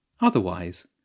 Otherwise